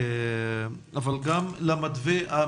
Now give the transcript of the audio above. אבל גם למתווה.